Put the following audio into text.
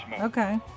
Okay